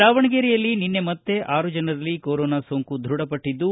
ದಾವಣಗೆರೆಯಲ್ಲಿ ನಿನ್ನೆ ಮತ್ತೆ ಆರು ಜನರಲ್ಲಿ ಕೊರೋನಾ ಸೋಂಕು ದೃಢಪಟ್ಟದ್ದು